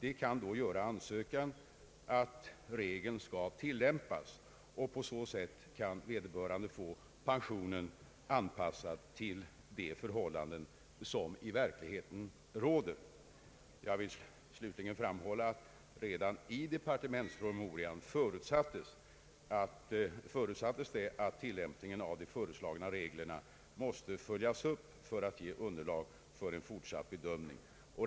De kan då göra ansökan om att regeln skall tilllämpas, och på så sätt kan vederbörande få pensionen anpassad till de förhållanden som i verkligheten råder. Slutligen vill jag framhålla att redan i departementspromemorian förutsattes det att tillämpningen av de föreslagna reglerna skulle följas upp för att ge underlag för en fortsatt bedömning.